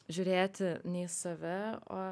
žiūrėti ne į save o